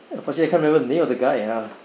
unfortunately I can't remember the name of the guy ah